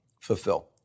fulfill